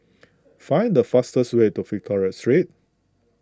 find the fastest way to Victoria Street